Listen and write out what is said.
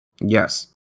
Yes